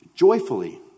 Joyfully